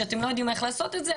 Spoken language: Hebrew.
שאתם לא יודעים איך לעשות את זה,